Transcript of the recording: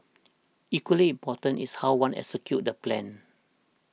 equally important is how one executes the plan